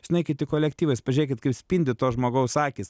jūs nueikit į kolektyvą jūs pažiūrėkit kaip spindi to žmogaus akys